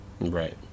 right